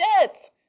death